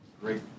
great